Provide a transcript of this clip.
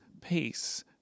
peace